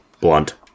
Blunt